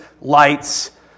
lights